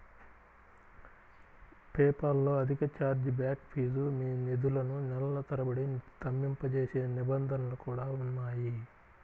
PayPal లో అధిక charge back fees, మీ నిధులను నెలల తరబడి స్తంభింపజేసే నిబంధనలు కూడా ఉన్నాయి